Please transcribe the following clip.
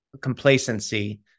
complacency